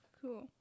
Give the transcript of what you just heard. Cool